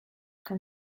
can